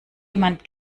jemand